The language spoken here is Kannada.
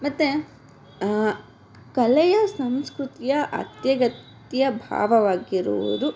ಮತ್ತು ಕಲೆಯ ಸಂಸ್ಕೃತಿಯ ಅತ್ಯಗತ್ಯ ಭಾವವಾಗಿರುವುದು